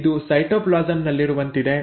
ಇದು ಸೈಟೋಪ್ಲಾಸಂ ನಲ್ಲಿರುವಂತಿದೆ